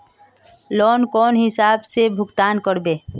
Loan कौन हिसाब से भुगतान करबे?